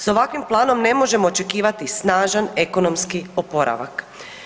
Sa ovakvim planom ne možemo očekivati snažan ekonomski oporavak.